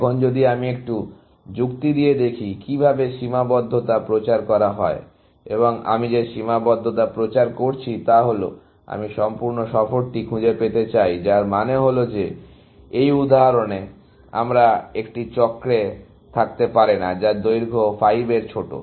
এখন আমি যদি একটু যুক্তি দিয়ে দেখি কিভাবে সীমাবদ্ধতা প্রচার করা হয় এবং আমি যে সীমাবদ্ধতা প্রচার করছি তা হল আমি সম্পূর্ণ সফরটি খুঁজে পেতে চাই যার মানে হল যে এই উদাহরণে আমার একটি চক্র থাকতে পারে না যার দৈর্ঘ্য 5 এর চেয়ে ছোট